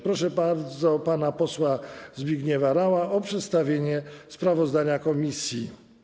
Proszę bardzo pana posła Zbigniewa Raua o przedstawienie sprawozdania komisji.